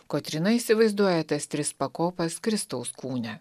kotryna įsivaizduoja tas tris pakopas kristaus kūne